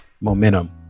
momentum